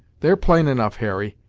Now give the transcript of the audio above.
they're plain enough, harry,